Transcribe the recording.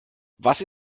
was